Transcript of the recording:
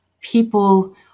people